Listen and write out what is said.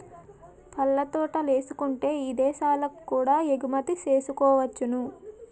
పళ్ళ తోటలేసుకుంటే ఇదేశాలకు కూడా ఎగుమతి సేసుకోవచ్చును